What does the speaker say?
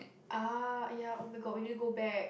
ah ya [oh]-my-god we need to go back